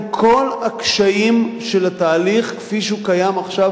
עם כל הקשיים של התהליך כפי שהוא קיים עכשיו,